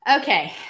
Okay